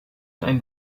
ein